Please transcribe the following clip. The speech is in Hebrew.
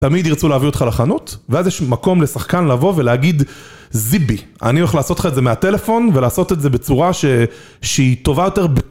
תמיד ירצו להביא אותך לחנות, ואז יש מקום לשחקן לבוא ולהגיד, זיבי, אני הולך לעשות לך את זה מהטלפון ולעשות את זה בצורה שהיא טובה יותר.